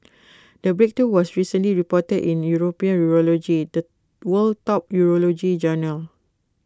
the breakthrough was recently reported in european urology the world top urology journal